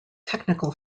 technical